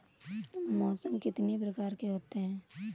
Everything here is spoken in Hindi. मौसम कितनी प्रकार के होते हैं?